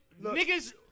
nigga's